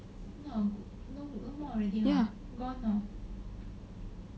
ya